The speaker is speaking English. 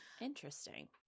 interesting